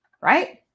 right